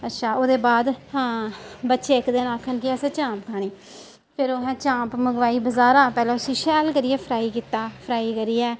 अच्छा ओह्दे बाद बच्चे इक दिन आक्खन कि असें चाम्प खानी फिर उनें चांप मंगाई बजारा पैहले उसी शैल करियै फ्राई कीता फ्राई करियै